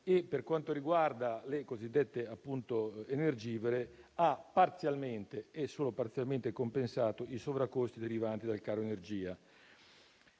Per quanto riguarda le cosiddette imprese energivore, ha parzialmente (e solo parzialmente) compensato i sovraccosti derivanti dal caro energia.